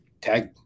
tag